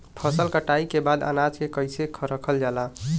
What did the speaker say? फसल कटाई के बाद अनाज के कईसे रखल जाला?